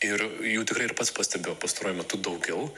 ir jų tikrai ir pats pastebėjau pastaruoju metu daugiau